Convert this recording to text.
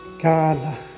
God